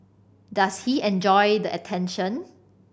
does he enjoy the attention